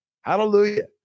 Hallelujah